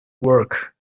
work